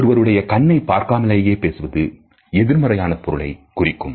ஒருவருடைய கண்ணை பார்க்காமலேயே பேசுவது எதிர்மறையான பொருளை குறிக்கும்